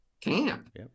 camp